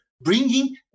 bringing